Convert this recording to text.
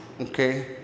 okay